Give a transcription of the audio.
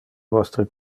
vostre